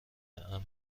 امن